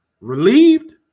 Relieved